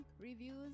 Reviews